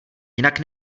jinak